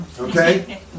Okay